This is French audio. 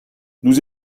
nous